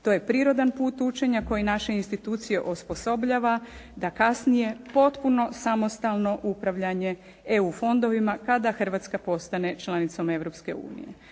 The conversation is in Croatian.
To je prirodan put učenja koje naše institucije osposobljava na kasnije potpuno samostalno upravljanje EU fondovima kada Hrvatska postane članicom